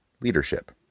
Leadership